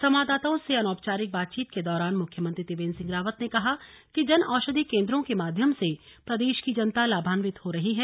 संवाददाताओं से अनौचारिक बातचीत के दौरान मुख्यमंत्री त्रिवेन्द्र ने कहा कि जन औषधि केन्द्रों के माध्यम से प्रदेश की जनता लाभान्वित हो रही है